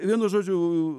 vienu žodžiu